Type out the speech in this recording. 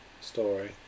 story